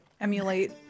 emulate